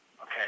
Okay